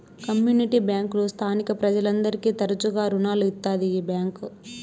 community బ్యాంకులు స్థానిక ప్రజలందరికీ తరచుగా రుణాలు ఇత్తాది ఈ బ్యాంక్